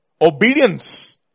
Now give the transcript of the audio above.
obedience